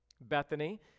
Bethany